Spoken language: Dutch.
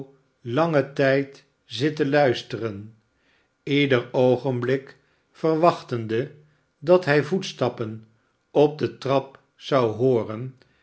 langen tijd zitten luisteren ieder oogenblik verwachtende dat hij voetstappen op de trap zou hooren